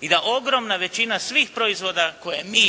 I da ogromna većina svih proizvoda koje mi,